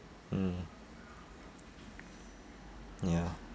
mm ya